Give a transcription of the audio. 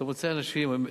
אתה מוצא אנשים,